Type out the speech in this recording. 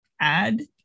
add